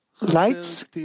lights